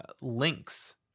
links